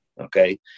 Okay